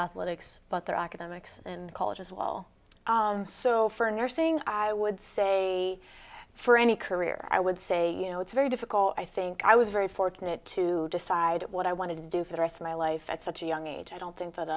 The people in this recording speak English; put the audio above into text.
athletics but they're academics and college as well so for nursing i would say for any career i would say you know it's very difficult i think i was very fortunate to decide what i wanted to do for the rest of my life at such a young age i don't think